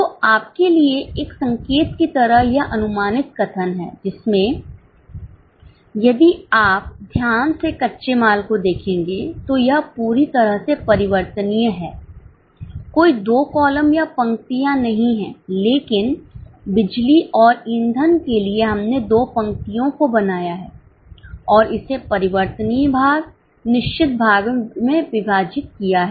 तो आपके लिए एक संकेत की तरह यह अनुमानित कथन है जिसमें यदि आप ध्यान से कच्चे माल को देखेंगे तो यह पूरी तरह से परिवर्तनीय है कोई 2 कॉलम या पंक्तियां नहीं है लेकिन बिजली और ईंधन के लिए हमने 2 पंक्तियों को बनाया है और इसे परिवर्तनीय भाग निश्चित भाग में विभाजित किया है